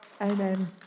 Amen